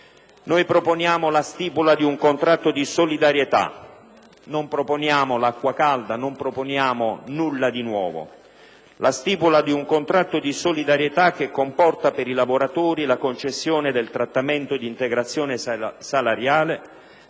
Proponiamo la stipula di un contratto di solidarietà: non proponiamo l'acqua calda né nulla di nuovo, ma la stipula di un contratto di solidarietà, che comporta per i lavoratori la concessione del trattamento d'integrazione salariale,